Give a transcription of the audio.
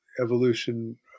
evolution